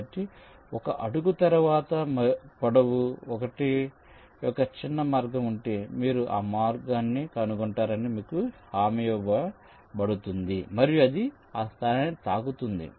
కాబట్టి ఒక అడుగు తర్వాత పొడవు 1 యొక్క చిన్న మార్గం ఉంటే మీరు ఆ మార్గాన్ని కనుగొంటారని మీకు హామీ ఇవ్వబడుతుంది మరియు అది ఆ స్థానాన్ని తాకుతుంది